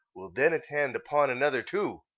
we'll then attend upon another, too.